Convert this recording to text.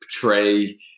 portray